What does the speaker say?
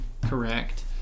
correct